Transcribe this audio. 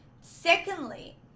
Secondly